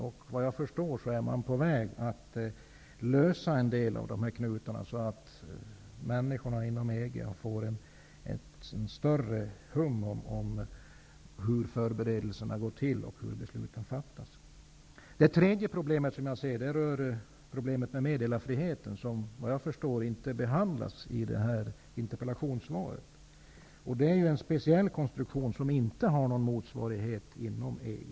Såvitt jag förstår är man på väg att lösa en del av dessa knutar så att människorna inom EG får ett större hum om hur förberedelserna går till och hur besluten fattas. Det tredje problemet som jag ser rör meddelarfriheten som, såvitt jag förstår, inte behandlas i detta interpellationssvar. Det är en speciell konstruktion som inte har någon motsvarighet inom EG.